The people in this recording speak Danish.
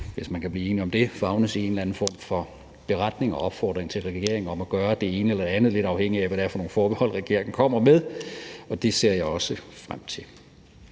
hvis man kan blive enige om det, kunne favnes i en eller anden form for beretning og opfordring til regeringen om at gøre det ene eller det andet, lidt afhængigt af hvad det er for nogle forbehold, regeringen kommer med. Det ser jeg også frem til.